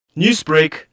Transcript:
Newsbreak